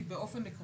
כי באופן עקרוני,